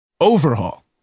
overhaul